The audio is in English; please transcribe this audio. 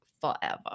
forever